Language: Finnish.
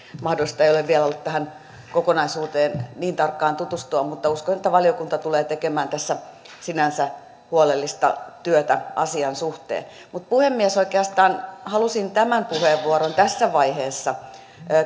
mahdollista ei ole vielä ollut tähän kokonaisuuteen niin tarkkaan tutustua mutta uskon että valiokunta tulee tekemään tässä sinänsä huolellista työtä asian suhteen mutta puhemies oikeastaan halusin tämän puheenvuoron tässä vaiheessa